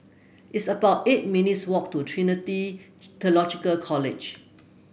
it's about eight minutes' walk to Trinity Theological College